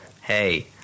Hey